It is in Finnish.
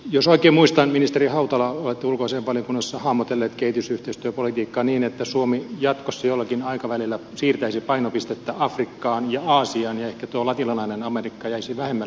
jos oikein muistan ministeri hautala olette ulkoasiainvaliokunnassa hahmotellut kehitysyhteistyöpolitiikkaa niin että suomi jatkossa jollakin aikavälillä siirtäisi painopistettä afrikkaan ja aasiaan ja ehkä tuo latinalainen amerikka jäisi vähemmälle huomiolle